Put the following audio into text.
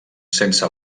sense